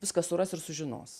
viską suras ir sužinos